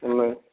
ఉన్నాయి